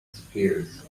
disappears